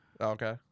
Okay